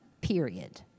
Period